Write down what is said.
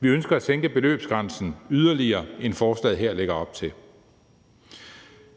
Vi ønsker at sænke beløbsgrænsen yderligere, end forslaget her lægger op til